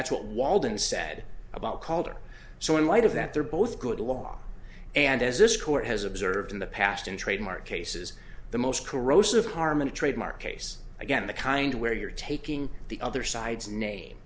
that's what walton said about calder so in light of that they're both good law and as this court has observed in the past in trademark cases the most corrosive harmony trademark case again the kind where you're taking the other side's name